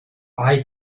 eye